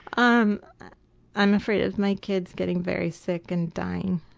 um i'm afraid of my kids getting very sick and dying.